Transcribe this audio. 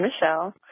Michelle